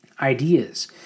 ideas